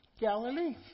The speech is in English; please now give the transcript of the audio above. Galilee